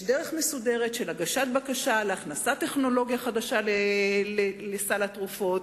יש דרך מסודרת של הגשת בקשה להכנסת טכנולוגיה חדשה לסל התרופות,